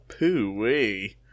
Pooey